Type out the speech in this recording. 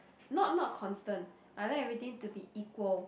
not not constant I like everything to be equal